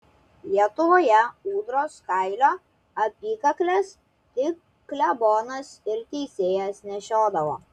lietuvoje ūdros kailio apykakles tik klebonas ir teisėjas nešiodavo